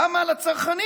למה על הצרכנים?